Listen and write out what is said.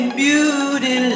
beauty